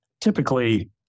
typically